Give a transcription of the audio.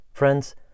Friends